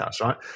right